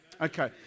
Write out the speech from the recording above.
Okay